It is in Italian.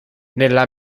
nella